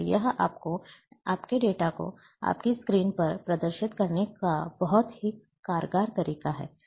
इसलिए यह आपके डेटा को आपकी स्क्रीन पर प्रदर्शित करने का बहुत ही कारगर तरीका है